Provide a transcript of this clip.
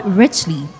richly